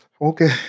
Okay